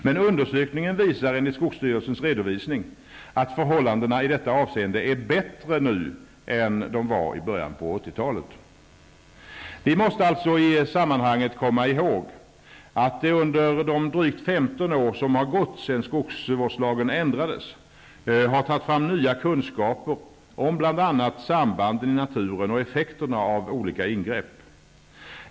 Men undersökningen visar enligt skogsstyrelsens redovisning att förhållandena i detta avseende är bättre nu än de var i början av Vi måste alltså i sammanhanget också komma ihåg att det under de drygt 15 år som har gått sedan skogsvårdslagen ändrades har tagits fram nya kunskaper om bl.a. sambanden i naturen och effekterna av olika ingrepp.